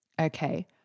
Okay